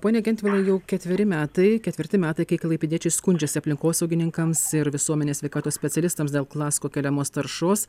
pone gentvilai jau ketveri metai ketvirti metai kai klaipėdiečiai skundžiasi aplinkosaugininkams ir visuomenės sveikatos specialistams dėl klasko keliamos taršos